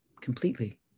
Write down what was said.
completely